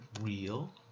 real